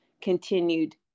continued